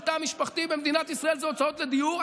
תא משפחתי במדינת ישראל זה הוצאות לדיור.